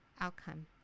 outcome